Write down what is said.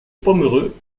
pomereux